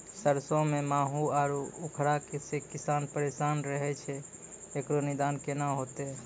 सरसों मे माहू आरु उखरा से किसान परेशान रहैय छैय, इकरो निदान केना होते?